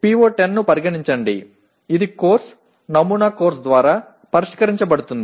PO10 ను పరిగణించండి ఇది కోర్సు నమూనా కోర్సు ద్వారా పరిష్కరించబడుతుంది